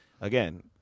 again